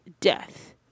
death